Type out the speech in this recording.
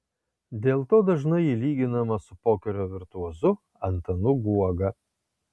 dėl to dažnai ji lyginama su pokerio virtuozu antanu guoga